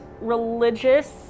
religious